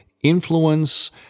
influence